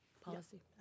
Policy